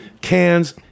cans